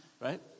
Right